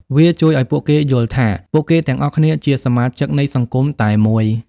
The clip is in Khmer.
វាជួយឱ្យពួកគេយល់ថាពួកគេទាំងអស់គ្នាជាសមាជិកនៃសង្គមតែមួយ។